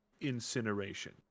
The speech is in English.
incineration